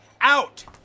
out